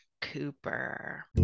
cooper